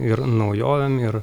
ir naujovėm ir